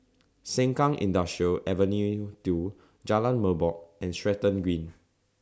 Sengkang Industrial Avenue two Jalan Merbok and Stratton Green